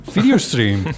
Videostream